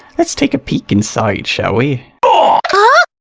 let's take a peek inside. shall we? ah ah